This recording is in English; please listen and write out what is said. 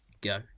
go